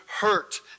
hurt